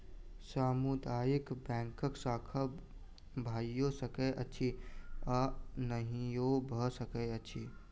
सामुदायिक बैंकक शाखा भइयो सकैत अछि आ नहियो भ सकैत अछि